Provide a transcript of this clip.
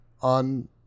on